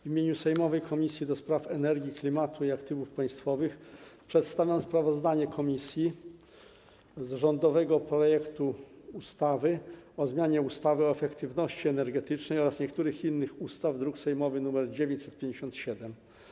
W imieniu sejmowej Komisji do Spraw Energii, Klimatu i Aktywów Państwowych przedstawiam sprawozdanie komisji o rządowym projekcie ustawy o zmianie ustawy o efektywności energetycznej oraz niektórych innych ustaw, druk sejmowy nr 957.